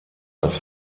das